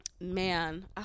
man